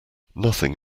nothing